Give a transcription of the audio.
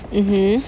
mmhmm